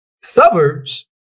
suburbs